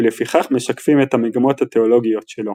ולפיכך משקפים את המגמות התאולוגיות שלו.